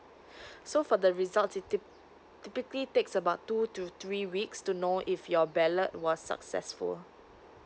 so for the results it typ~ typically takes about two to three weeks to know if your ballot was successful